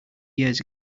years